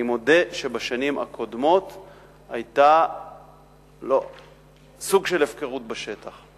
אני מודה שבשנים הקודמות היה סוג של הפקרות בשטח,